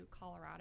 Colorado